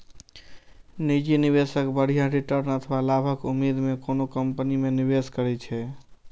निजी निवेशक बढ़िया रिटर्न अथवा लाभक उम्मीद मे कोनो कंपनी मे निवेश करै छै